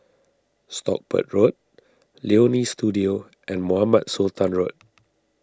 Stockport Road Leonie Studio and Mohamed Sultan Road